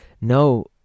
no